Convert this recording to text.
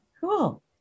cool